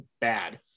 bad